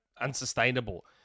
unsustainable